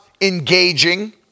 engaging